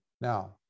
Now